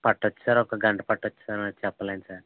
పట్టవచ్చు సార్ ఒక గంట పట్టవచ్చు సార్ ఏమి చెప్పలేం సార్